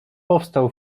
powstał